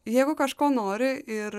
jeigu kažko nori ir